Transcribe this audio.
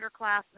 underclassmen